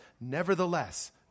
nevertheless